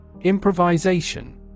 Improvisation